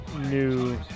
new